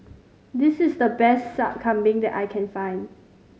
this is the best Sup Kambing that I can find